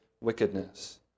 wickedness